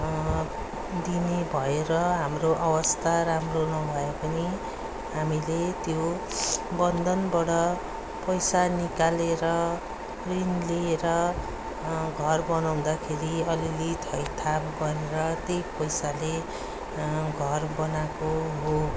दिने भएर हाम्रो अवस्था राम्रो नभए पनि हामीले त्यो बन्धनबाट पैसा निकालेर ऋण लिएर घर बनाउँदाखेरि अलिअलि थैथाप गरेर त्यही पैसाले घर बनाएको हो